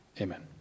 Amen